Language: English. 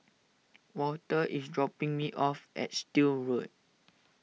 Walter is dropping me off at Still Road